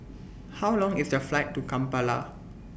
How Long IS The Flight to Kampala